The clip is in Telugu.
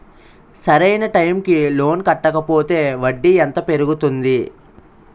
సరి అయినా టైం కి లోన్ కట్టకపోతే వడ్డీ ఎంత పెరుగుతుంది?